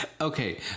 Okay